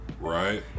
Right